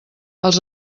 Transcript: els